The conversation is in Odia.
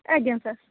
ଆଜ୍ଞା ସାର୍